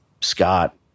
Scott